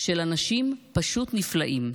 של אנשים פשוט נפלאים.